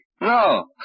No